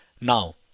Now